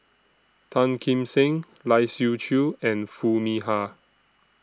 Tan Kim Seng Lai Siu Chiu and Foo Mee Har